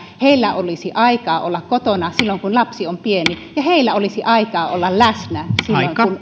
heillä olisi aikaa olla kotona silloin kun lapsi on pieni ja heillä olisi aikaa olla läsnä silloin kun